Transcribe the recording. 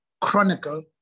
chronicle